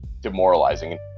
demoralizing